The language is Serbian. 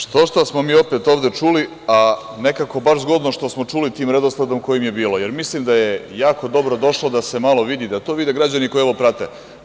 Štošta smo mi ovde opet čuli, a nekako baš zgodno što smo čuli tim redosledom kojim je bilo, jer, mislim da je jako dobro došlo da se vidi, da to vide građani koji ovo prate.